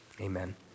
amen